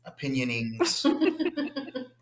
opinionings